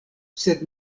sed